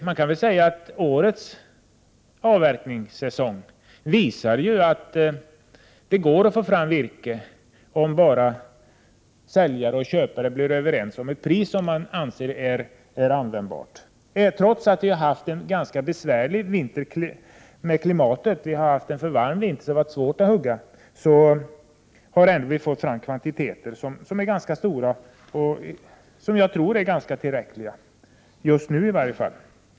Man kan säga att årets avverkning visar att det går att få fram virke, om bara säljare och köpare blir överens om ett pris som man anser är användbart. Trots att vi har haft en ganska besvärlig vinter vad beträffar klimatet, en alltför varm vinter, och det har varit svårt att avverka, har vi ändå fått fram ganska stora kvantiteter, som jag tror är tillräckliga, just nu i varje fall.